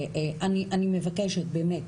אני מבקשת באמת,